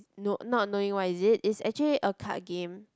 no not knowing what is it is actually a card game